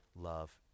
love